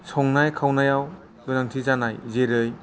संनाय खावनायाव गोनांथि जानाय जेरै